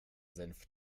senf